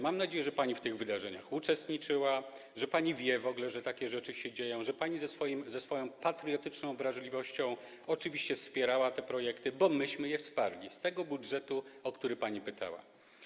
Mam nadzieję, że pani w tych wydarzeniach uczestniczyła, że pani w ogóle wie, że takie rzeczy się dzieją, że pani swoją patriotyczną wrażliwością wspierała te projekty, bo myśmy je wsparli z tego budżetu, o który pani pytała.